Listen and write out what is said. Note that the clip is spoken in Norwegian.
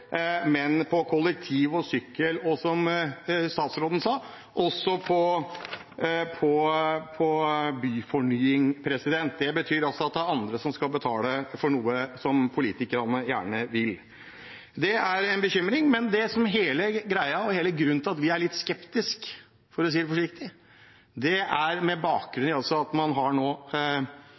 sykkel og, som statsråden sa, også på byfornying. Det betyr altså at det er andre som skal betale for noe som politikerne gjerne vil ha. Det er en bekymring, men det som er hele grunnen til at vi er litt skeptisk, for å si det forsiktig, har bakgrunn i at man nå har